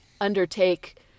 undertake